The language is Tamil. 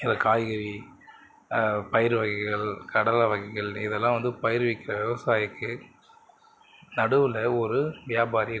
இந்த காய்கறி பயிர் வகைகள் கடலை வகைகள் இதெல்லாம் வந்து பயிர் விற்கிற விவசாயிக்கு நடுவில் ஒரு வியாபாரி இருக்கான்